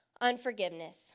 unforgiveness